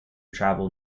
travel